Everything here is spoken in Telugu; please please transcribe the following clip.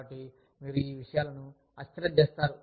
కాబట్టి మీరు విషయాలను అస్థిరంగా చేస్తారు